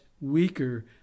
weaker